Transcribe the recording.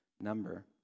number